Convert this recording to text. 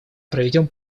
проведем